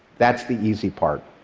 that's the easy part,